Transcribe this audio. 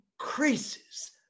increases